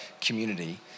community